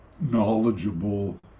knowledgeable